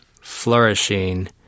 flourishing